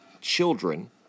children